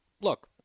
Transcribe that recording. look